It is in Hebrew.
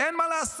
אין מה לעשות.